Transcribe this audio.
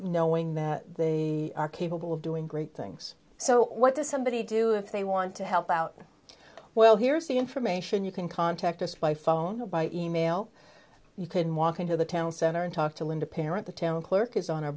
knowing that they are capable of doing great things so what does somebody do if they want to help out well here's the information you can contact us by phone or by e mail you can walk into the town center and talk to linda parent the town clerk is on our